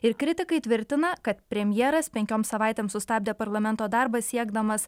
ir kritikai tvirtina kad premjeras penkioms savaitėms sustabdė parlamento darbą siekdamas